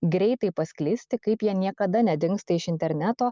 greitai pasklisti kaip jie niekada nedingsta iš interneto